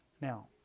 Now